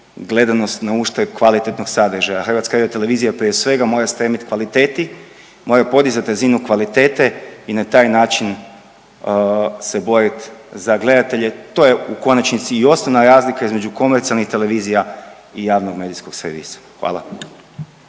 gledanost na uštrb kvalitetnog sadržaja. HRT prije svega mora stremit kvaliteti, mora podizati razinu kvalitete i na taj način se borit za gledatelje. To je u konačnici i osnovna razlika između komercijalnih televizija i javnog medijskog servisa. Hvala.